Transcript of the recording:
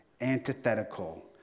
antithetical